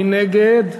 מי נגד?